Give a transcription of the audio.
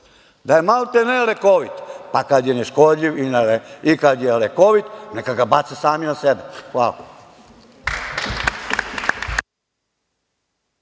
da je maltene lekovit. Pa, kad je neškodljiv i kad je lekovit, neka ga bace sami na sebe. Hvala.